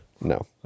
No